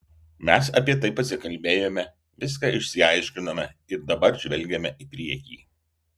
mes apie tai pasikalbėjome viską išsiaiškinome ir dabar žvelgiame į priekį